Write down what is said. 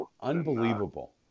Unbelievable